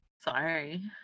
Sorry